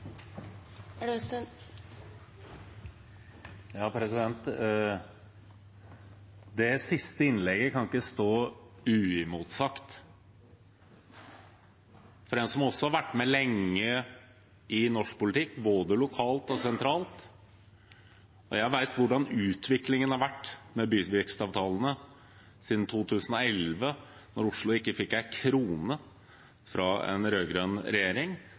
uimotsagt fra en som også har vært med lenge i norsk politikk, både lokalt og sentralt. Jeg vet hvordan utviklingen har vært når det gjelder byvekstavtalene siden 2011, da Oslo ikke fikk en krone fra en rød-grønn regjering,